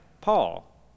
Paul